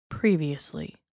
Previously